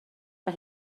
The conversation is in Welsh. mae